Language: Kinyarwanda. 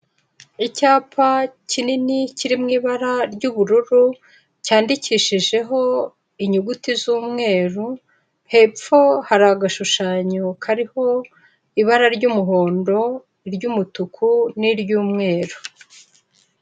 Icyapa kinini kiri mu ibara ry'ubururu, cyandikishijeho inyuguti z'umweru, hepfo hari agashushanyo kariho ibara ry'umuhondo, iry'umutuku n'iry'umweru.